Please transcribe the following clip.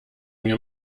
mir